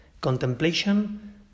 Contemplation